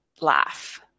laugh